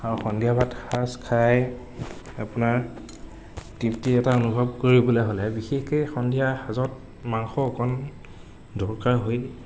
আৰু সন্ধিয়াৰ ভাতসাঁজ খাই আপোনাৰ তৃপ্তি এটা অনুভৱ কৰিবলে হ'লে বিশেষকে সন্ধিয়া সাজত মাংস অকণমান দৰকাৰ হয়